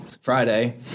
Friday